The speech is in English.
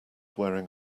wearing